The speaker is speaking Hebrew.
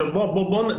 עכשיו בוא נפרט.